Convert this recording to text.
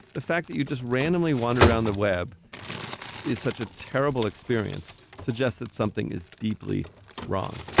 the fact that you just randomly wander around the web is such a terrible experience suggests that something is deeply wrong,